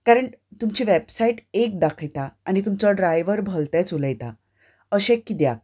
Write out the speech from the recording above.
कारण तुमची वेबसायट एक दाखयता आनी तुमचो ड्रायव्हर भलतेंच उलयतां अशें किद्याक